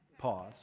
Pause